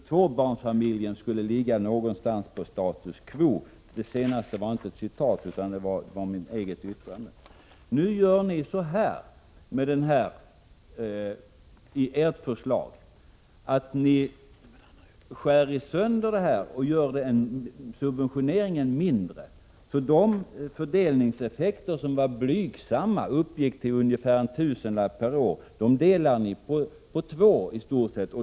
— Tvåbarnsfamiljen skulle ligga ungefär på status quo. I ert förslag skär ni sönder och gör subventioneringen mindre. De fördelningseffekter som var blygsamma och uppgick till ungefär en tusenlapp per år delar ni i stort sett på två.